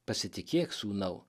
pasitikėk sūnau